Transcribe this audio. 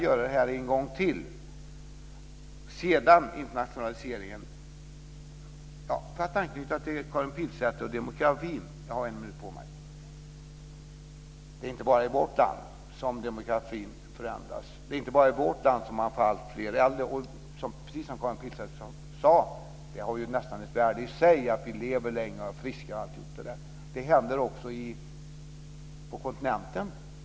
För att anknyta till Karin Pilsäter och demokratin är det inte bara i vårt land som demokratin förändras. Det är inte bara i vårt land som det blir alltfler äldre. Precis som Karin Pilsäter sade har det nästan ett värde i sig att vi lever länge, är friska osv. Det är likadant på kontinenten.